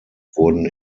wurden